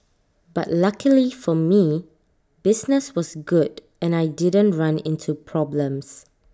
but luckily for me business was good and I didn't run into problems